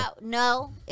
No